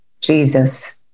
Jesus